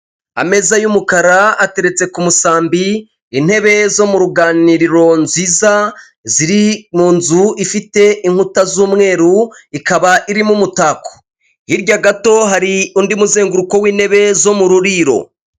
Ameza y'umukara ateretse ku musambi intebe zo mu ruganiriro nziza ziri mu nzu ifite inkuta z'umweru, ikaba irimo umutako. Hirya gato hari undi muzenguruko w'intebe zo mu ruriro.